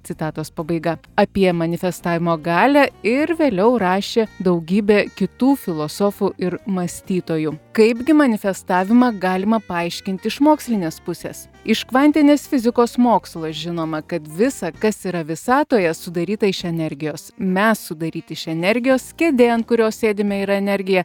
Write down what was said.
citatos pabaiga apie manifestavimo galią ir vėliau rašė daugybė kitų filosofų ir mąstytojų kaipgi manifestavimą galima paaiškinti iš mokslinės pusės iš kvantinės fizikos mokslo žinoma kad visa kas yra visatoje sudaryta iš energijos mes sudaryti iš energijos kėdė ant kurios sėdime yra energija